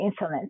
insulin